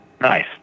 Nice